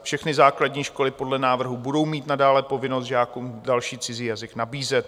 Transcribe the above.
Všechny základní školy podle návrhů budou mít nadále povinnost žákům další cizí jazyk nabízet.